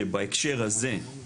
שבהקשר הזה,